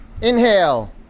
Inhale